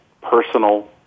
personal